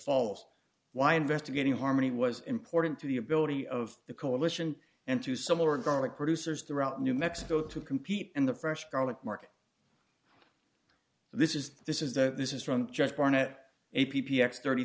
falls why investigating harmony was important to the ability of the coalition and to similar garlic producers throughout new mexico to compete in the fresh garlic market this is the this is the this is from just barnett a p p x thirty